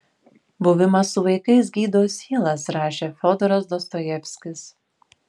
buvimas su vaikais gydo sielas rašė fiodoras dostojevskis